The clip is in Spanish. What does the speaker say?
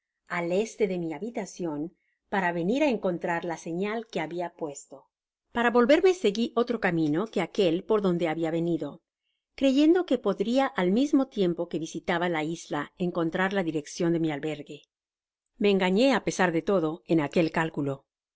al este de mi habitacion para venir á encontrar la señal que babia puesto para volverme segui otro camino que aquel por donde babia venido creyendo que podria al mismo tiempo que visitaba la isla encontrar la direccion de mi albergue me engañé á pesar de todo en aquel cálculo